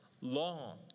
long